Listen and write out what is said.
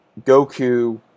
Goku